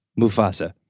Mufasa